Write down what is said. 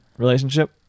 relationship